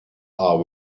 are